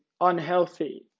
unhealthy